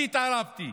אני התערבתי,